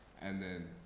and then